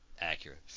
accurate